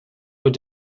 were